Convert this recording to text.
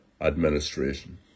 administration